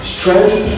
Strength